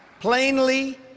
plainly